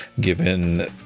given